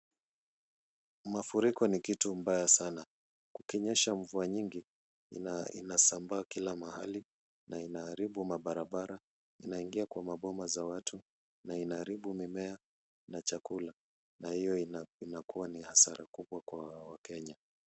Mafuriko ni kitu mbaya sana. Kukinyesha mvua nyingi inasambaa kila mahali na inaharibu mabarabara. Inaingia kwa maboma za watu na inaharibu mimea na chakula na hiyo inakuwa ni hasara kubwa kwa wakenya.